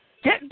Get